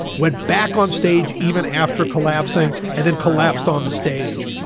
went back on stage even after collapsing, and then collapsed on the stage,